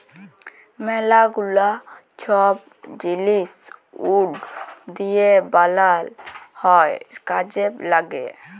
ম্যালা গুলা ছব জিলিস উড দিঁয়ে বালাল হ্যয় কাজে ল্যাগে